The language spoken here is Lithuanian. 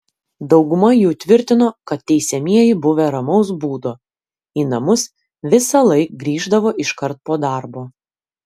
dauguma jų tvirtino kad teisiamieji buvę ramaus būdo į namus visąlaik grįždavo iškart po darbo